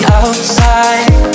outside